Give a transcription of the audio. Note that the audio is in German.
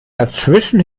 dazwischen